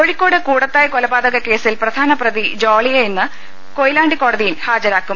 കോഴിക്കോട് കൂടത്തായ് കൊലപാതക കേസിൽ പ്രധാന പ്രതി ജോളിയെ ഇന്ന് കൊയിലാണ്ടി കോടതിയിൽ ഹാജരാക്കും